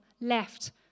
left